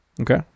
okay